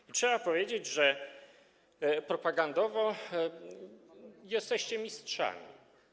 I trzeba powiedzieć, że propagandowo jesteście mistrzami.